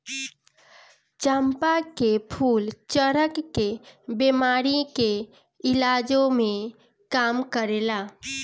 चंपा के फूल चरक के बेमारी के इलाजो में काम करेला